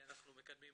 אנחנו מקדמים